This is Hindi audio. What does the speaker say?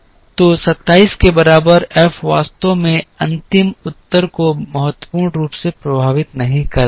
तो 27 के बराबर एफ वास्तव में अंतिम उत्तर को महत्वपूर्ण रूप से प्रभावित नहीं करता है